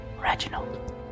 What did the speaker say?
Reginald